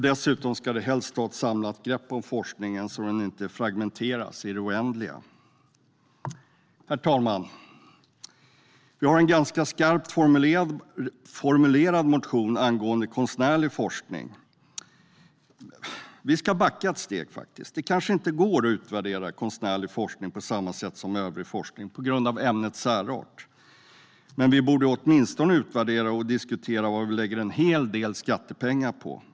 Dessutom ska man helst ta ett samlat grepp om forskningen så att den inte fragmenteras i det oändliga. Herr ålderspresident! Vi har en ganska skarpt formulerad motion angående konstnärlig forskning. Vi ska faktiskt backa ett steg. Det kanske inte går att utvärdera konstnärlig forskning på samma sätt som övrig forskning på grund av ämnets särart. Men vi borde åtminstone utvärdera och diskutera vad vi lägger en hel del skattepengar på.